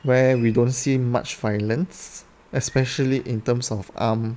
where we don't see much violence especially in terms of um